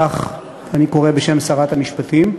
כך אני קורא בשם שרת המשפטים,